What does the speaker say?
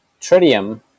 tritium